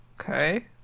Okay